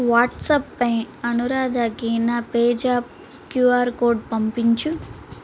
వాట్సాప్పై అనురాధకి నా PayZapp QR code పంపించు